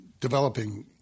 developing